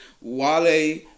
Wale